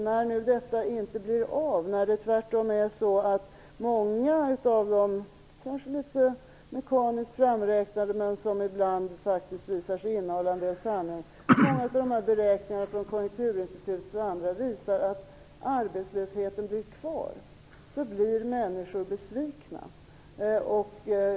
När det nu inte blir av, när det tvärtom är så att många av de kanske mekaniska beräkningarna från bl.a. Konjunkturinstitutet - som ibland faktiskt visar sig innehålla en del sanning - visar att arbetslösheten blir kvar, blir människor besvikna.